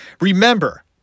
Remember